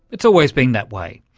it's always been that way,